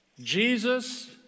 Jesus